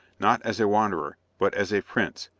not as a wanderer, but as a prince,